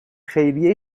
خیریه